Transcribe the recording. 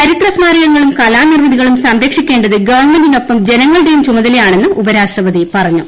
ചരിത്രസ്മാരക ങ്ങളും കലാനിർമ്മിതികളും സംരക്ഷിക്കേണ്ടത് ഗവൺമെന്റിനൊപ്പം ജനങ്ങളുടെയും ചുമതലയാണെന്ന് ഉപരാഷ്ട്രപതി പറഞ്ഞു